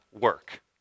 work